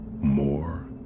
more